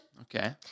Okay